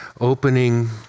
opening